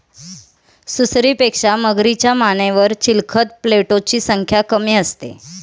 सुसरीपेक्षा मगरीच्या मानेवर चिलखत प्लेटोची संख्या कमी असते